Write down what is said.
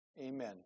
Amen